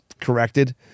corrected